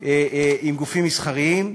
עם גופים מסחריים,